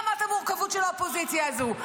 זו רמת המורכבות של האופוזיציה הזו.